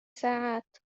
ساعات